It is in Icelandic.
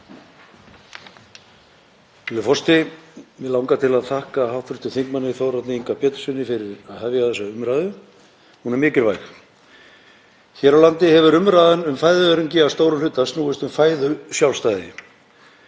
Hér á landi hefur umræðan um fæðuöryggi að stórum hluta snúist um fæðusjálfstæði, hvernig við getum orðið sjálfum okkur næg, óháð innflutningi erlendra matvæla. Inn í þá umræðu vil ég nefna tvö mikilvæg atriði.